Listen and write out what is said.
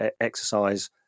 exercise